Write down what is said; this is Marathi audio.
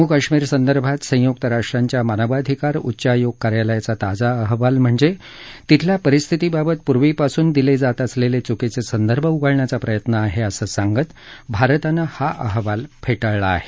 मु काश्मीरसंदर्भात संयुक्त राष्ट्रांच्या मानवाधिकार उच्चायोग कार्यालयाचा ताजा अहवाल म्हणजे तिथल्या परिस्थितीबाबत पूर्वीपासून दिले जात असलेले चुकीचे संदर्भ उगाळण्याचा प्रयत्न आहे असं सांगत तानं हा अहवाल फेटाळला आहे